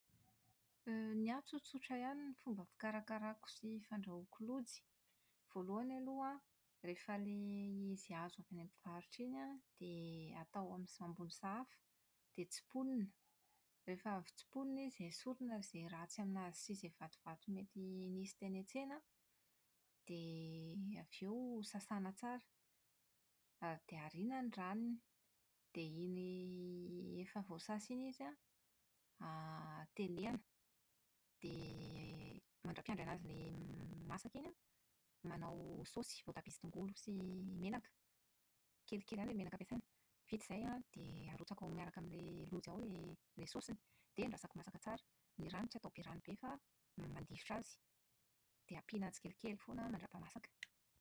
> Ny ahy tsotsotra ihany ny fomba fikarakarako sy fandrahoako lojy. Voalohany aloha an, rehefa ilay izy azo avy any amin'ny mpivarotra iny an, dia atao ami- ambony sahafa dia tsiponina. Rehefa avy tsiponina izy esorina izay ratsy aminazy sy izay vatovato mety nisy teny an-tsena an, dia avy eo sasana tsara > dia arina ny ranony, dia iny efa voasasa iny izy an > tenehina. Dia madra-mpiandry an'azy ilay masaka iny an, manao saosy voatabia sy tongolo sy menaka. Kelikely ihany ilay menaka ampiasaina. Vita izay an, dia arotsaka ao miaraka amin'ilay lojy ao an ilay saosiny dia endrasako masaka tsara. Ilay rano tsy atao be rano be fa atao mandifotra azy dia ampiana tsikelikely foana mandra-pahamasaka.